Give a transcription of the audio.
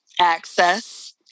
Access